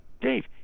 Dave